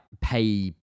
pay